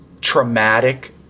traumatic